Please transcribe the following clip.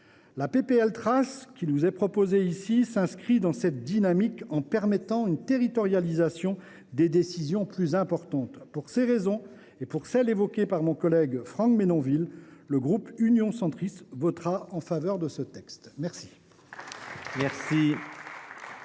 la présente proposition de loi s’inscrit dans cette dynamique, en permettant la territorialisation des décisions plus importantes. Pour ces raisons et pour celles qu’a évoquées mon collègue Franck Menonville, le groupe Union Centriste votera en faveur de ce texte. La